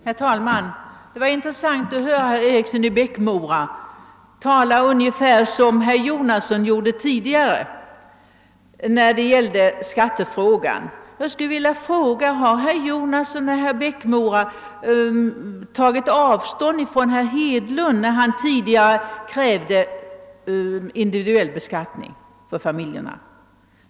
Herr talman! Det var intressant att höra herr Eriksson i Bäckmora tala ungefär som herr Jonasson gjorde tidigare när det gällde skattefrågan. Jag vill fråga: Har herr Jonasson och herr Eriksson i Bäckmora tagit avstånd från herr Hedlund när han tidigare krävt individuell beskattning för familjerna?